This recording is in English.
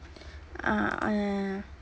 uh oh ya ya ya ya